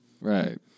Right